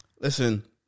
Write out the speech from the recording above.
Listen